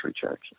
church